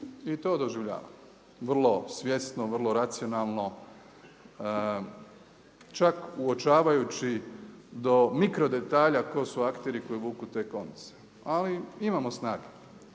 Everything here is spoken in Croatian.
I to doživljavam, vrlo svjesno, vrlo racionalno, čak uočavajući do mikro detalja tko su akteri koji vuku te konce, ali imamo snage